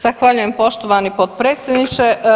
Zahvaljujem poštovani potpredsjedniče.